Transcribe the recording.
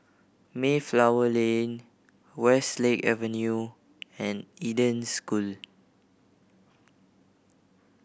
Mayflower Lane Westlake Avenue and Eden School